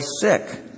sick